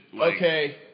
Okay